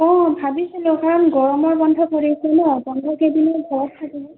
অঁ ভাবিছিলোঁ কাৰণ গৰমৰ বন্ধ পৰিছে ন বন্ধ কেইদিন ঘৰত থাকিম